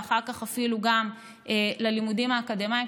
ואחר כך אפילו גם ללימודים האקדמיים,